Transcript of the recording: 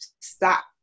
stop